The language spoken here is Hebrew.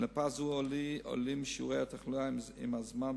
ובנפה זו עולים שיעורי התחלואה עם הזמן,